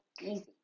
easy